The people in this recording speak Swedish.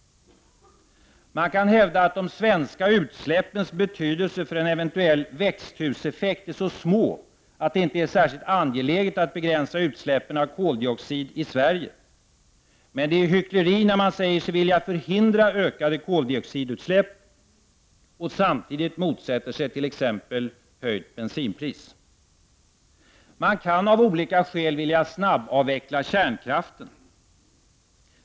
Man kan hävda att de svenska utsläppens betydelse för en eventuell växthuseffekt är så små att det inte är särskilt angeläget att begränsa utsläppen av koldioxid i Sverige. Men det är hyckleri att säga sig vilja förhindra ökade koldioxidutsläpp och samtidigt motsätta sig exempelvis höjt bensinpris. Man kan av olika skäl vilja snabbavveckla kärnkraften.